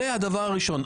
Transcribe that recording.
זה הדבר הראשון.